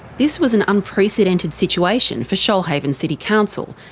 this was an unprecedented situation for shoalhaven city council,